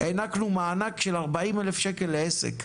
הענקנו מענק של 40,000 שקלים לעסק,